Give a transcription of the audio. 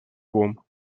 boom